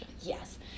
yes